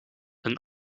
een